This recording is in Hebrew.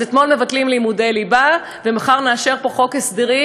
אז אתמול מבטלים לימודי ליבה ומחר נאשר פה חוק הסדרים